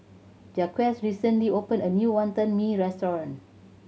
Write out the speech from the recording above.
Jaquez recently opened a new Wonton Mee restaurant